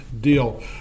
deal